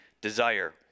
desire